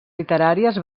literàries